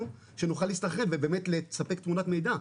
שנוכל להסתנכרן ובאמת לספק תמונת מידע,